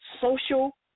social